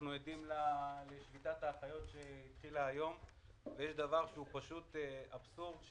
אנחנו עדים לשביתת האחיות שהתחילה היום ויש דבר שהוא פשוט אבסורד.